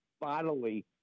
bodily